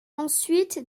ensuite